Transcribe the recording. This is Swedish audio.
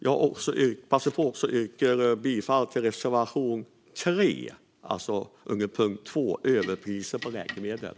Jag yrkar bifall till reservation 3 under punkt 2 om överpriser på läkemedel.